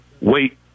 wait